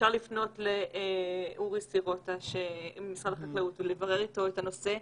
אפשר לפנות לאורי סירוטה ממשרד החקלאות ולברר איתו את הנושא.